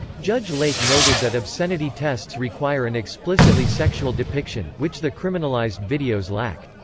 judge lake noted that obscenity tests require an explicitly sexual depiction, which the criminalized videos lack.